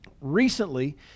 recently